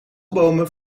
bomen